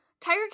Tiger